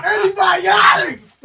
Antibiotics